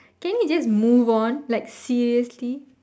can you just move on like seriously